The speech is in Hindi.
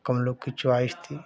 कौन लोग की च्वॉइस थी